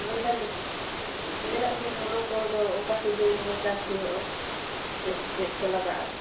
ᱞᱟᱹᱭ ᱮᱫᱟ ᱞᱤᱧ ᱞᱟᱹᱭᱮᱫᱟ ᱞᱤᱧ ᱦᱩᱲᱳ ᱠᱚᱫᱚ ᱚᱠᱟ ᱥᱤᱡᱮᱱ ᱨᱮ ᱪᱟᱥ ᱦᱳᱭᱳᱜᱼᱟ ᱪᱮᱫ ᱪᱮᱫ ᱠᱚ ᱞᱟᱜᱟᱜᱼᱟ